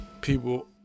People